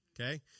okay